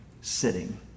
sitting